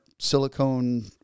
silicone